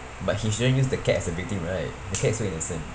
but he shouldn't use the cats as a victim right the cat so innocent